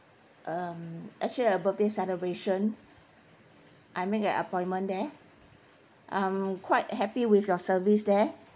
um actually a birthday celebration I make an appointment there I'm quite happy with your service there